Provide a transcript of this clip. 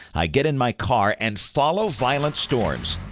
i get in my car and follow violent storms.